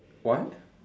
what